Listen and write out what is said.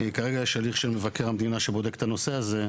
כרגע יש הליך של מבקר המדינה שבודק את הנושא הזה.